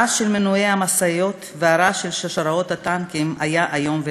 הרעש של מנועי המשאיות והרעש של שרשראות הטנקים היה איום ונורא.